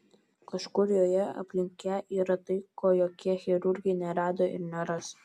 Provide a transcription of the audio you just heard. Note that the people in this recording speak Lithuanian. kažkur joje aplink ją yra tai ko jokie chirurgai nerado ir neras